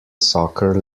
soccer